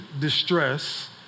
distress